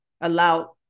allow